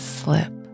slip